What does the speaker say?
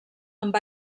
amb